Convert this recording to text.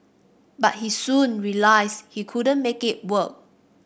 but he soon realised he couldn't make it work